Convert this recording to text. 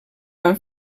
van